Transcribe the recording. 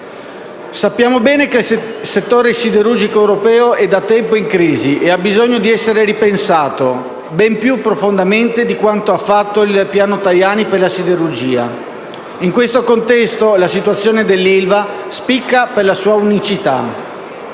Sappiamo bene che il settore siderurgico europeo è da tempo in crisi e ha bisogno di essere ripensato, ben più profondamente di quanto ha fatto il piano Tajani per la siderurgia. In questo contesto, la situazione dell'ILVA spicca per la sua unicità.